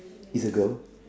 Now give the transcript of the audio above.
is a girl